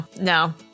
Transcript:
No